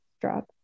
drop